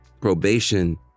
probation